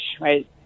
right